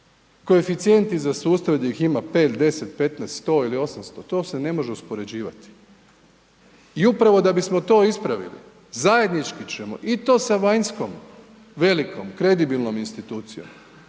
Koeficijenti za sustave gdje ih ima 5, 10, 15, 100 ili 800, to se ne može uspoređivati. I upravo da bismo to ispravili, zajednički ćemo i to sa vanjskom velikom kredibilnom institucijom